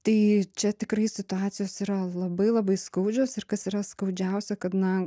tai čia tikrai situacijos yra labai labai skaudžios ir kas yra skaudžiausia kad na